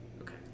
Okay